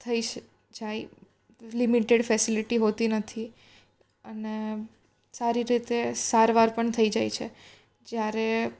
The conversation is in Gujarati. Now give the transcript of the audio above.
થઈ જાય લિમિટેડ ફેસિલિટી હોતી નથી અને સારી રીતે સારવાર પણ થઈ જાય છે જ્યારે